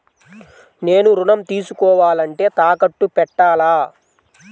నేను ఋణం తీసుకోవాలంటే తాకట్టు పెట్టాలా?